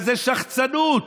בכזאת שחצנות.